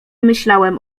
myślałem